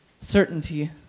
certainty